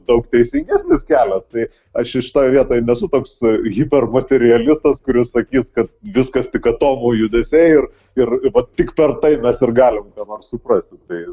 daug teisingesnis kelias tai aš čia šitoj vietoj nesu toks hibermaterealistas kuris sakys kad viskas tik atomų judesiai ir ir va tik per tai mes ir galim ką nors suprasti tai